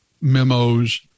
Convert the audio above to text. memos